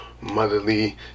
motherly